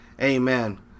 Amen